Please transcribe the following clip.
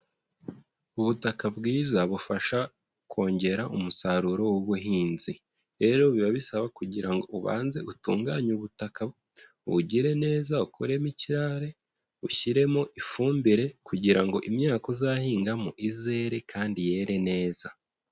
Ubutaka bwiza bufasha kongera umusaruro w'ubuhinzi, rero biba bisaba kugira ngo ubanze utunganye ubutaka ubugire neza ukuremo ikirare, ushyiremo ifumbire kugira ngo imyaka uzahingamo izere kandi yere neza.